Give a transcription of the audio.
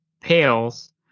Pails